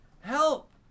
Help